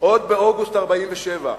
עוד באוגוסט 1947,